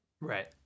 right